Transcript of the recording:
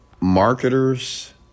marketers